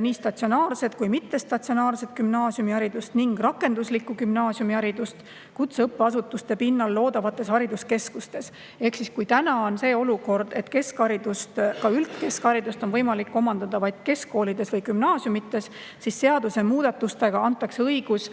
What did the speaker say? nii statsionaarset kui mittestatsionaarset gümnaasiumiharidust ning rakenduslikku gümnaasiumiharidust kutseõppeasutuste pinnal loodavates hariduskeskustes. Ehk siis kui praegu on keskharidust, ka üldkeskharidust võimalik omandada vaid keskkoolis või gümnaasiumis, siis seadusemuudatustega antakse õigus